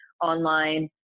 online